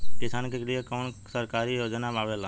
किसान के लिए कवन कवन सरकारी योजना आवेला?